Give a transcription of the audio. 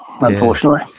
unfortunately